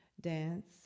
dance